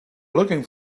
looking